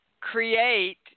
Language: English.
create